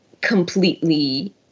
completely